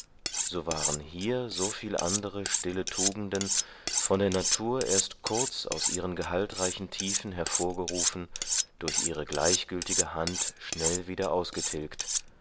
so waren hier soviel andere stille tugenden von der natur erst kurz aus ihren gehaltreichen tiefen hervorgerufen durch ihre gleichgültige hand schnell wieder ausgetilgt